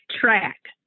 track